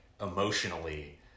emotionally